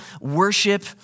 worship